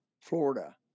Florida